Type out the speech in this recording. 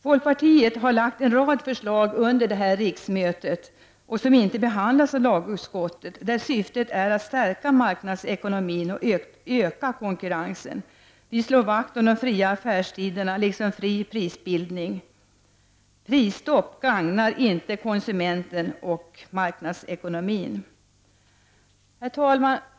Folkpartiet har lagt fram en rad förslag under detta riksmöte — som inte behandlas av lagutskottet — där syftet är att stärka marknadsekonomin och att öka konkurrensen. Vi slår vakt om de fria affärstiderna liksom om fri prisbildning. Prisstopp gagnar varken konsumenten eller marknadsekonomin. Herr talman!